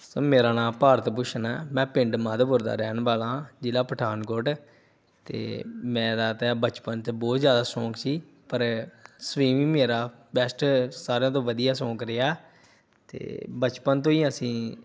sir ਮੇਰਾ ਨਾਂ ਭਾਰਤ ਭੂਸ਼ਨ ਹੈ ਮੈਂ ਪਿੰਡ ਮਾਧੋਪੁਰ ਦਾ ਰਹਿਣ ਵਾਲਾ ਜ਼ਿਲ੍ਹਾ ਪਠਾਨਕੋਟ ਅਤੇ ਮੇਰਾ ਤਾਂ ਬਚਪਨ 'ਚ ਬਹੁਤ ਜ਼ਿਆਦਾ ਸੌਂਕ ਸੀ ਪਰ ਸਵੀਮਿੰਗ ਮੇਰਾ ਬੈਸਟ ਸਾਰਿਆਂ ਤੋਂ ਵਧੀਆ ਸੌਂਕ ਰਿਹਾ ਅਤੇ ਬਚਪਨ ਤੋਂ ਹੀ ਅਸੀਂ